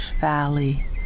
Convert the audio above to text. valley